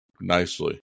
nicely